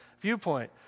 viewpoint